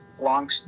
Long